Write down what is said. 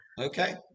okay